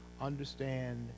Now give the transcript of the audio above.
understand